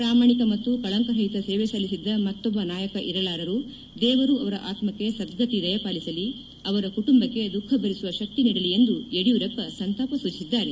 ಪ್ರಾಮಾಣಿಕ ಮತ್ತು ಕಳಂಕರಹಿತ ಸೇವೆ ಸಲ್ಲಿಸಿದ್ದ ಮತ್ತೊಬ್ಬ ನಾಯಕ ಇರಲಾರರು ದೇವರು ಅವರ ಆತ್ಮಕ್ಕೆ ಸದ್ಗತಿ ದಯ ಪಾಲಿಸಲಿ ಅವರ ಕುಟುಂಬಕ್ಕೆ ದುಖ ಭರಿಸುವ ಶಕ್ತಿ ನೀಡಲಿ ಎಂದು ಯೆಡಿಯೂರಪ್ಪ ಸಂತಾಪ ಸೂಚಿಸಿದ್ದಾರೆ